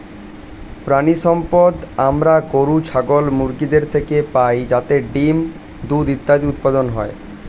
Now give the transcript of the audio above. প্রাণিসম্পদ আমরা গরু, ছাগল, মুরগিদের থেকে পাই যাতে ডিম্, দুধ ইত্যাদি উৎপাদন হয়